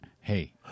hey